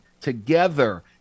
together